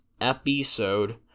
episode